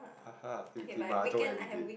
ha ha then we play mahjong everyday